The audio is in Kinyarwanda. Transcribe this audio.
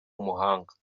umuhanga